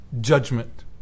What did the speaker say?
judgment